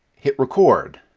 hit record.